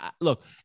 Look